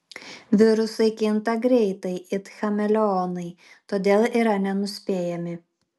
virusai kinta greitai it chameleonai todėl yra nenuspėjami